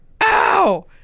Ow